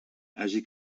hagi